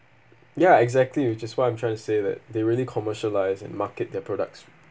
ya exactly which is what I'm trying to say that they really commercialize and market their products